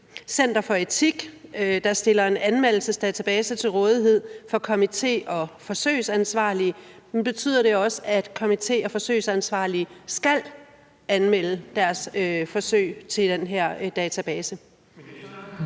Center for Etik, der stiller en anmeldelsesdatabase til rådighed for komitéen og den forsøgsansvarlige: Skal komitéen og den forsøgsansvarlige anmelde deres forsøg til den her database?